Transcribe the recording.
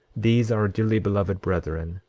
these our dearly beloved brethren,